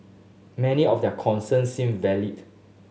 many of their concerns seemed valid